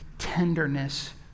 Tenderness